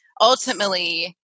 ultimately